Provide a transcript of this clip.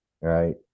right